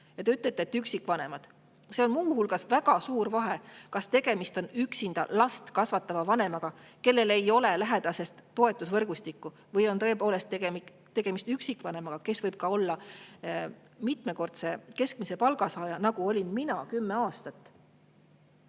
teie ütlete, et üksikvanemad. Muu hulgas on väga suur vahe, kas tegemist on üksinda last kasvatava vanemaga, kellel ei ole lähedastest toetusvõrgustikku, või on tõepoolest tegemist üksikvanemaga, kes võib olla mitmekordse keskmise palga saaja, nagu olin mina kümme aastat.